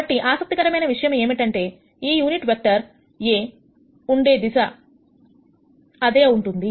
కాబట్టి ఆసక్తికరమైన విషయం ఏమిటంటే ఈ యూనిట్ వెక్టర్ a ఉండే అదే దిశలో ఉంటుంది